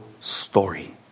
story